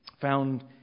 found